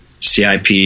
CIP